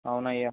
అవునయ్యా